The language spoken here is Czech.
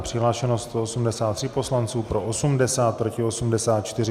Přihlášeno 183 poslanců, pro 80, proti 84.